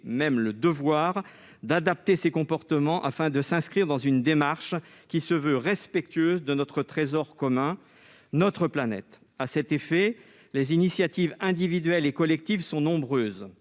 voire le devoir, d'adapter ses comportements afin de s'inscrire dans une démarche respectueuse de notre trésor commun : notre planète. À cet effet, les initiatives individuelles et collectives sont nombreuses.